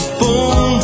boom